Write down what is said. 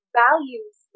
values